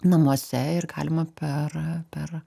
namuose ir galima per per